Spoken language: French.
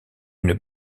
une